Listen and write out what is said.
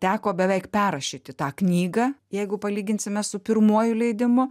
teko beveik perrašyti tą knygą jeigu palyginsime su pirmuoju leidimu